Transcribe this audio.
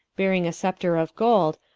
bearing a scepter of gold,